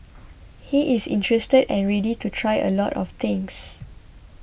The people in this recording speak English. he is interested and ready to try a lot of things